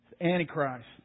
Antichrist